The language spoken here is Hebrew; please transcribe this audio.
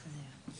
הסתדר,